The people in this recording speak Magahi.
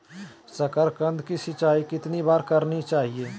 साकारकंद की सिंचाई कितनी बार करनी चाहिए?